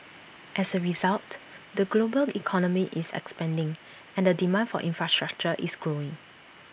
as A result the global economy is expanding and the demand for infrastructure is growing